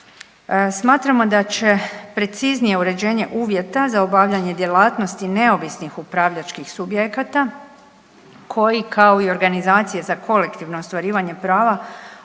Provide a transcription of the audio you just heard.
Smatramo da će preciznije uređenje uvjeta za obavljanje djelatnosti neovisnih upravljačkih subjekata koji kao i organizacije za kolektivno ostvarivanje prava obavljaju